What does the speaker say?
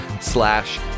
slash